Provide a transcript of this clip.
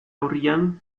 aurrean